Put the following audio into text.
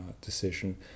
decision